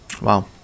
Wow